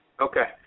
Okay